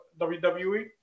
WWE